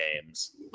games